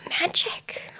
magic